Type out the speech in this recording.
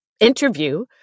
interview